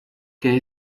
que